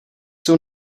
jsou